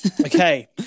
okay